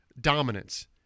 dominance